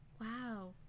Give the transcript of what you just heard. Wow